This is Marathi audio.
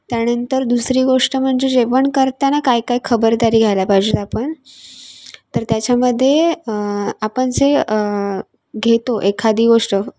त्यानंतर दुसरी गोष्ट म्हणजे जेवण करताना काय काय खबरदारी घ्यायला पाहिजे आपण तर त्याच्यामध्ये आपण जे घेतो एखादी गोष्ट